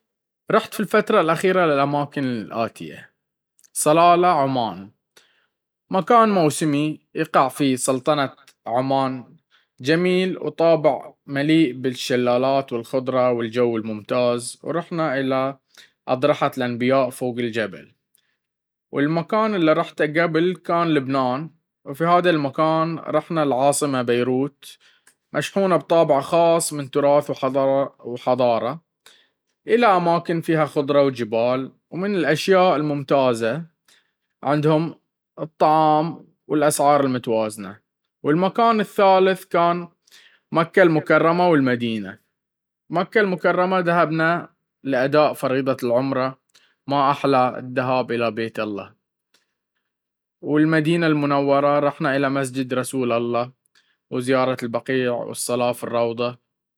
رحت في الفترة الاخيرة الى الأماكن الأنية: صلالة ( عمان ): مكان موسمي يقع في سلطنة عمان جميل وطابع طبيعي مليئ بالشلالات والخضرة والجو الممتاز ورحنا الى أضرحة الأنبياء فوق الجبال. والمكان اللي رحته قبل كان لبنان: في هذا المكان رحنا العاصمة بيروت مشحونة بطابع خاص من تراث وحضارة الى أماكن فيها خضرة وجبال, ومن الأشياء الممتازة عندهم الطعام والأسعار المتوازنة. والمكان الثالث كان مكة المكرمة والمدينة. مكة المكرمة ذهبنا لأداء فريضة العمرة, ما أحلى الذهاب الى بيت الله المدينة المنورة: رحنا الى مسجد رسول الله وزيارة البقيع, والصلاة في الروضة.